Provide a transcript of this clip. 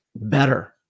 better